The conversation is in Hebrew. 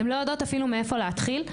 הן לא יודעות אפילו מאיפה להתחיל.